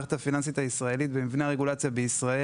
שבמערכת הפיננסית הישראלית ובמבנה הרגולציה בישראל: